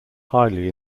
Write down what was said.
highly